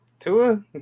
Tua